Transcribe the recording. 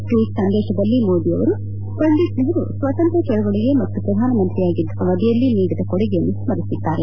tweet ಸಂದೇಶದಲ್ಲಿ ಮೋದಿ ಅವರು ಪಂಡಿತ್ ನೆಹರೂ ಸ್ವಾತಂತ್ರ್ಯ ಚಳವಳಿಗೆ ಮತ್ತು ಪ್ರಧಾನಮಂತ್ರಿಯಾಗಿದ್ದ ಅವಧಿಯಲ್ಲಿ ನೀಡಿದ ಕೊಡುಗೆಯನ್ನು ಸ್ಪರಿಸಿದ್ದಾರೆ